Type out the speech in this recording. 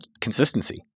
consistency